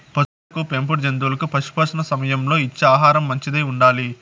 పసులకు పెంపుడు జంతువులకు పశుపోషణ సమయంలో ఇచ్చే ఆహారం మంచిదై ఉండాలి